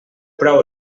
prou